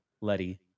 Letty